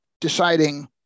deciding